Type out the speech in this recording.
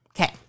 Okay